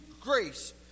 grace